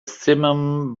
simum